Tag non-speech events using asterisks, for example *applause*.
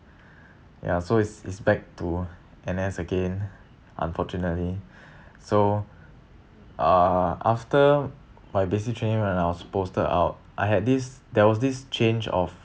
*breath* ya so it's it's back to N_S again unfortunately *breath* so uh after my basic training when I was posted out I had this there was this change of